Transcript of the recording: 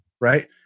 right